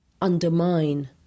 undermine